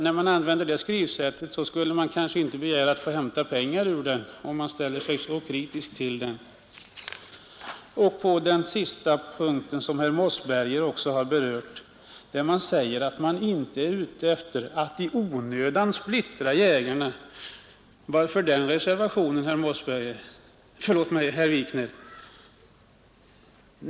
När man använder det skrivsättet och ställer sig så kritisk till fonden borde man kanske inte begära att få hämta pengar ur den. I den sista punkten som herr Mossberger också berörde säger man att man inte är ute efter att i onödan splittra jägarna. Varför den reservationen, herr Wikner?